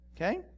okay